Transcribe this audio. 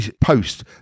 post